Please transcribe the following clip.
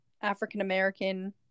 African-American